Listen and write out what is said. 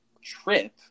trip